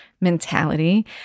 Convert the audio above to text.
mentality